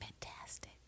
fantastic